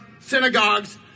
synagogues